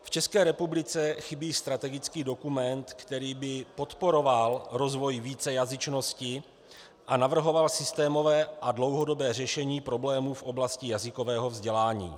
V České republice chybí strategický dokument, který by podporoval rozvoj vícejazyčnosti a navrhoval systémové a dlouhodobé řešení problému v oblasti jazykového vzdělání.